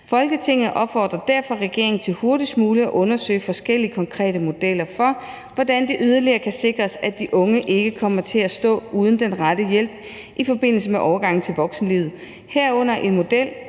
Folketinget opfordrer derfor regeringen til hurtigst muligt at undersøge forskellige konkrete modeller for, hvordan det yderligere kan sikres, at de unge ikke kommer til at stå uden den rette hjælp i forbindelse med overgangen til voksenlivet, herunder en model,